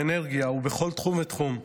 האנרגיה ובכל תחום ותחום,